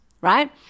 right